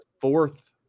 fourth